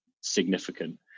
significant